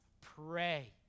pray